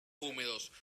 húmedos